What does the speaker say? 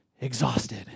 exhausted